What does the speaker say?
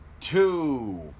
two